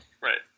Right